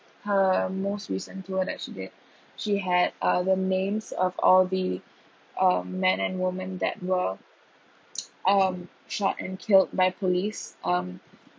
her most recent tour that she did she had uh the names of all the um men and women that were um shot and killed by police um